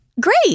great